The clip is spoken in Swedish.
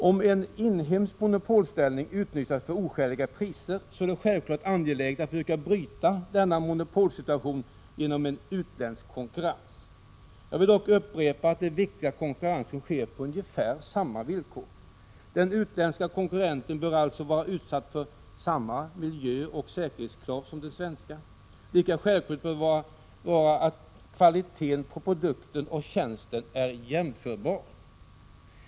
Om en inhemsk monopolställning utnyttjas till oskäliga priser är det självfallet angeläget att försöka bryta denna monopolsituation genom utländsk konkurrens. Jag vill dock upprepa att det är viktigt att konkurrensen sker på ungefär samma villkor. Den utländska konkurrenten bör alltså vara utsatt för samma miljöoch säkerhetskrav som den svenska. Lika självklart bör det vara att kvaliteten på produkten eller tjänsten är jämförbar.